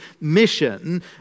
mission